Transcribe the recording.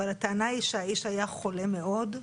אבל הטענה היא שהאיש היה חולה מאוד,